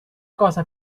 cosa